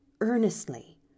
earnestly